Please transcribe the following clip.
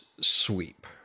sweep